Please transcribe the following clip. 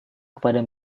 kepada